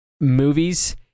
movies